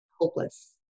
hopeless